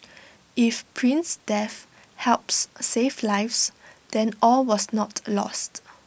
if prince's death helps save lives then all was not lost